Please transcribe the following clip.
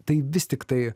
tai vis tiktai